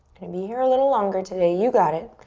gonna be here a little longer today, you got it.